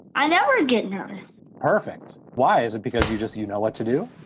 i never get near perfect why is it because you just you know what to do?